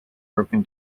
broken